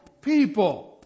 people